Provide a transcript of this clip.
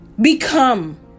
Become